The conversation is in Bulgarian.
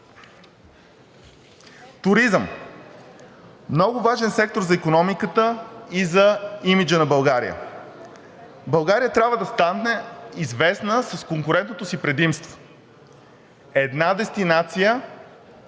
Туризъм. Много важен сектор за икономиката и за имиджа на България. България трябва да стане известна с конкурентното си предимство: „Една дестинация